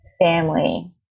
family